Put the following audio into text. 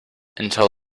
until